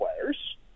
players